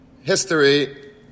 history